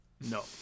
no